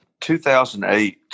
2008